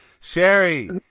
Sherry